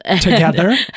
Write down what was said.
together